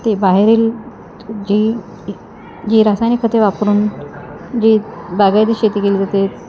ते बाहेरील जी जी रासायनिक खते वापरून जी बागायती शेती केली जाते